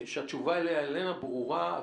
שהתשובה עליה איננה ברורה,